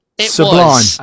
Sublime